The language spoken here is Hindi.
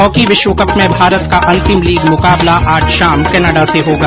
हॉकी विश्वकप में भारत का अंतिम लीग मुकाबला आज शाम कनाडा से होगा